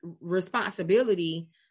responsibility